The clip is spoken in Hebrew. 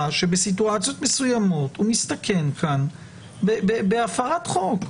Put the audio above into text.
שבסיטואציות מסוימות הוא מסתכן כאן בהפרת חוק.